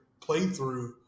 playthrough